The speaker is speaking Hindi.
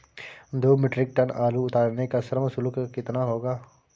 दो मीट्रिक टन आलू उतारने का श्रम शुल्क कितना होगा?